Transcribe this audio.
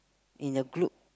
in a group